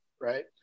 right